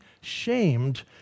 shamed